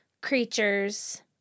creatures